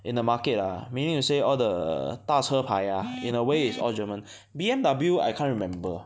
in the market ah meaning to say all the 大车牌 ah in a way is all German B_M_W I can't remember